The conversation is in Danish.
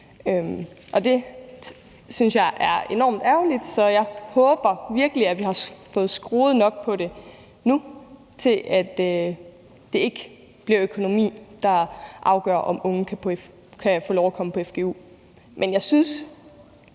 det synes jeg er enormt ærgerligt, så jeg håber virkelig, at vi har fået skruet nok på det nu, til at det ikke bliver økonomien, der afgør, om unge kan få lov at komme på fgu. Men jeg synes,